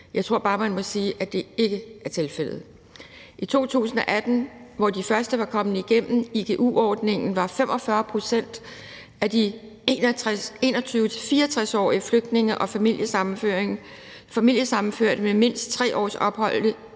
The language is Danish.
Jeg tror bare, at man må sige, at det ikke er tilfældet. I 2018, da de første var kommet igennem igu-ordningen, var 45 pct. af de 21-64-årige flygtninge og familiesammenførte med mindst 3 års ophold